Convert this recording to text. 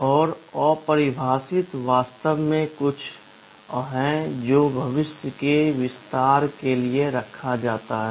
और अपरिभाषित वास्तव में कुछ है जो भविष्य के विस्तार के लिए रखा जाता है